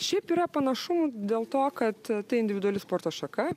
šiaip yra panašumų dėl to kad tai individuali sporto šaka